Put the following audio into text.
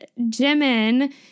Jimin